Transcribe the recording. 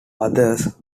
others